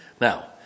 Now